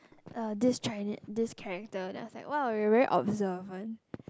uh this this character then I was like !wow! you very observant